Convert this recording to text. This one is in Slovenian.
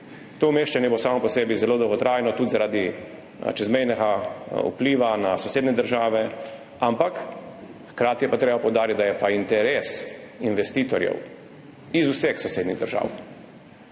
To umeščanje bo samo po sebi zelo dolgotrajno tudi zaradi čezmejnega vpliva na sosednje države, ampak hkrati je treba poudariti, da je pa interes investitorjev iz vseh sosednjih držav